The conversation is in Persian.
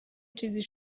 چیزی